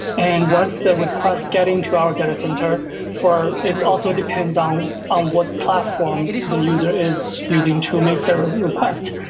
and once the request getting to our data center for it also depends on on what platform the user is using to make their ah request.